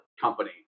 company